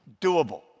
doable